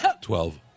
twelve